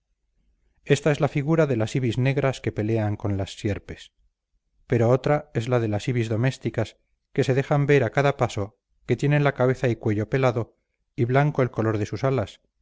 esta es la figura de las ibis negras que pelean con las sierpes pero otra es la de las ibis domésticas que se dejan ver a cada paso que tienen la cabeza y cuello pelado y blanco el color de sus alas